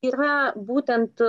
yra būtent